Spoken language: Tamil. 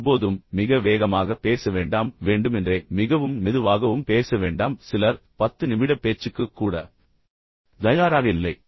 ஒருபோதும் மிக வேகமாக பேச வேண்டாம் வேண்டுமென்றே மிகவும் மெதுவாகவும் பேச வேண்டாம் சிலர் 10 நிமிட பேச்சுக்கு கூட தயாராக இல்லை